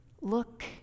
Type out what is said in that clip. look